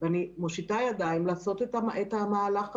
אני מושיטה ידיים לעשות את המהלך הזה.